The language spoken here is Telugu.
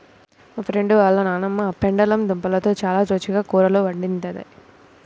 మా ఫ్రెండు వాళ్ళ నాన్నమ్మ పెండలం దుంపలతో చాలా రుచిగా కూరలు వండిద్ది